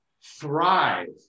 thrive